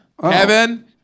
Kevin